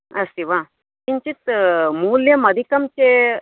अस्ति वा किञ्चिद् मूल्यम् अधिकं चेत्